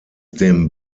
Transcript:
dem